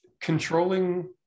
controlling